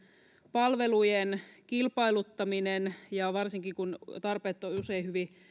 palvelujen kilpailuttaminen varsinkin kun tarpeet ovat usein hyvin